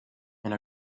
and